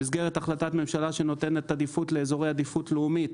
במסגרת החלטת ממשלה שנותנת עדיפות לאזורי עדיפות לאומית,